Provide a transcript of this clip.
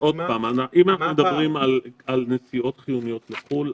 אם אנחנו מדברים על נסיעות חיוניות לחו"ל,